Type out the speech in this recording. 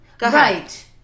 Right